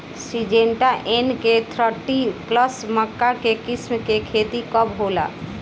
Syngenta NK thirty plus मक्का के किस्म के खेती कब होला?